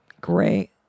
Great